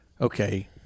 okay